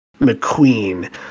McQueen